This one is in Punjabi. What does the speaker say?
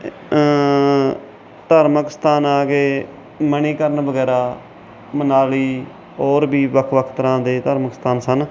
ਧਾਰਮਿਕ ਸਥਾਨ ਆ ਗਏ ਮਨੀਕਰਨ ਵਗੈਰਾ ਮਨਾਲੀ ਹੋਰ ਵੀ ਵੱਖ ਵੱਖ ਤਰ੍ਹਾਂ ਦੇ ਧਾਰਮਿਕ ਸਥਾਨ ਸਨ